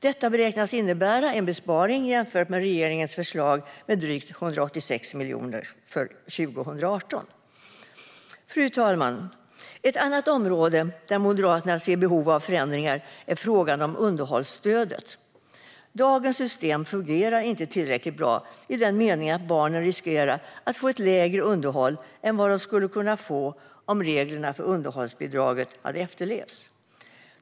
Detta beräknas innebära en besparing jämfört med regeringens förslag med drygt 186 miljoner för 2018. Fru talman! Ett annat område där Moderaterna ser behov av förändringar är frågan om underhållsstödet. Dagens system fungerar inte tillräckligt bra i den meningen att barnen riskerar att få ett lägre underhåll än vad de skulle kunna få om reglerna för underhållsbidraget hade efterlevts.